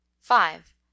five